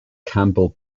campbell